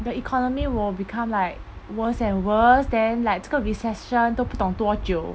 the economy will become like worse and worse then like 这个 recession 都不懂多久